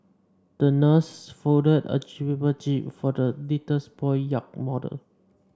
the nurse folded a paper jib for the little boy's yacht model